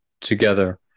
together